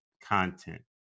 content